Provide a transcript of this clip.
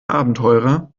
abenteurer